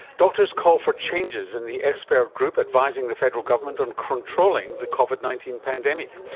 doctors call for changes in the expert group advising the federal government on controlling the covid nineteen pandemic.